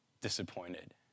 disappointed